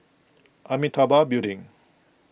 Amitabha Building